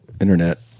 Internet